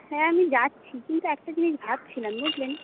হ্যাঁ আমি যাচ্ছি কিন্তু একটা জিনিস ভাবছিলাম বুঝলেন